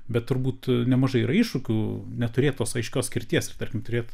bet turbūt nemažai yra iššūkių neturėt tos aiškios skirties tarkim turėt